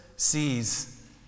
sees